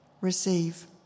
receive